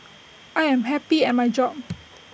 I am happy at my job